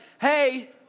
hey